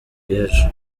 w’ejo